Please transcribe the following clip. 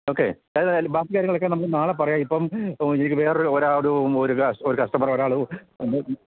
okay ഏതായാലും ബാക്കി കാര്യങ്ങളൊക്കെ നമുക്ക് നാളെ പറയാം ഇപ്പോള് എനിക്ക് വേറൊരാളുകൂടി ഒരു ഒരു കസ്റ്റമർ ഒരാള്